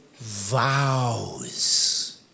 vows